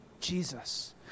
Jesus